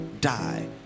die